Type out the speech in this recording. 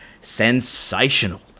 sensational